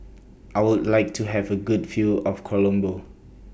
I Would like to Have A Good View of Colombo